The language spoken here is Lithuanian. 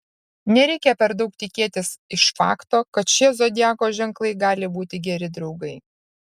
nereikia per daug tikėtis iš fakto kad šie zodiako ženklai gali būti geri draugai